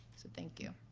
so thank you.